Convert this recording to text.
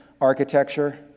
architecture